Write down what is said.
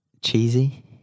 cheesy